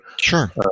Sure